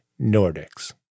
Nordics